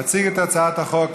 יציג את הצעת החוק,